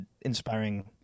inspiring